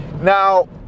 Now